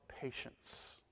patience